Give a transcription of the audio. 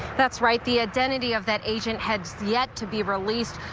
that's right the identity of that agent heads yet to be released.